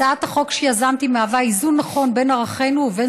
הצעת החוק שיזמתי מהווה איזון נכון בין ערכינו לבין